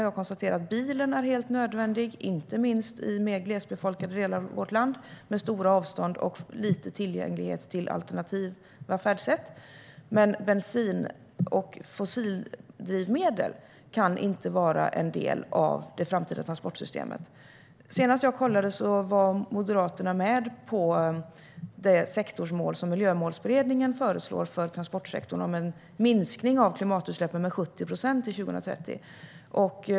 Jag konstaterade att bilen är helt nödvändig, inte minst i mer glesbefolkade delar av vårt land med stora avstånd och liten tillgänglighet till alternativa färdsätt. Men bensin och fossildrivmedel kan inte vara en del av det framtida transportsystemet. Senast jag kollade var Moderaterna med på det sektorsmål som Miljömålsberedningen föreslår för transportsektorn om en minskning av klimatutsläppen med 70 procent till 2030.